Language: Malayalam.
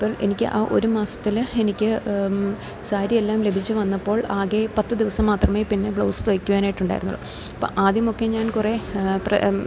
അപ്പോൾ എനിക്ക് ആ ഒരു മാസത്തിൽ എനിക്ക് സാരിയെല്ലാം ലഭിച്ച് വന്നപ്പോൾ ആകെ പത്ത് ദിവസം മാത്രമേ പിന്നെ ബ്ലൗസ്സ് തയ്ക്കുവാനായിട്ടുണ്ടായിരുന്നുള്ളൂ അപ്പം ആദ്യമൊക്കെ ഞാൻ കുറേ